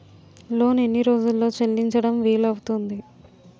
Loan ఎన్ని రోజుల్లో చెల్లించడం వీలు అవుతుంది?